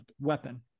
weapon